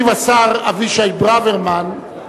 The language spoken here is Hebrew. ישיב השר אבישי ברוורמן.